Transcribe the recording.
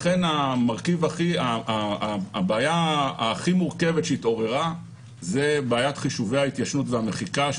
לכן הבעיה הכי מורכבת שהתעוררה היא בעיית חישובי ההתיישנות והמחיקה,